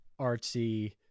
artsy